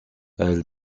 elle